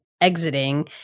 exiting